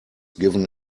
given